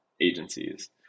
agencies